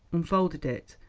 unfolded it,